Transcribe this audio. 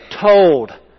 told